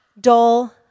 dull